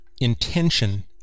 intention